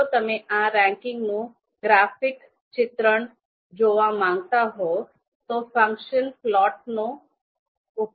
જો તમે આ રેન્કિંગનું ગ્રાફિક ચિત્રણ જોવા માંગતા હો તો ફંક્શન પ્લોટનો ઉપયોગ કરી શકાય છે